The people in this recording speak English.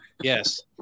Yes